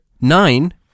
nine